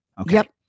Okay